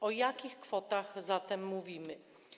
O jakich kwotach zatem mówimy?